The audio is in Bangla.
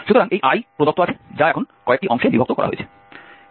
সুতরাং এই I প্রদত্ত আছে যা এখন কয়েকটি অংশে বিভক্ত করা হয়েছে